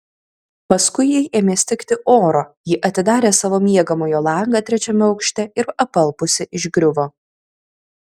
paskui jai ėmė stigti oro ji atidarė savo miegamojo langą trečiame aukšte ir apalpusi išgriuvo